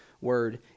word